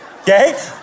Okay